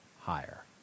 higher